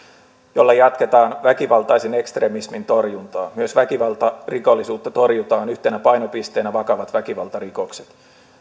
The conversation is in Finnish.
jolla jatketaan väkivaltaisen ekstremismin torjuntaa myös väkivaltarikollisuutta torjutaan yhtenä painopisteenä vakavat väkivaltarikokset